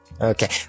Okay